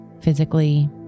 physically